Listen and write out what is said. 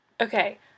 okay